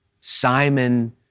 Simon